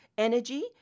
energy